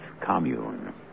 Commune